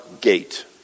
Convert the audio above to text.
gate